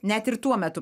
net ir tuo metu